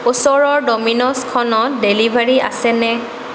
ওচৰৰ ড'মিনজখনত ডেলিভাৰী আছেনে